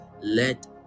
Let